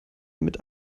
mit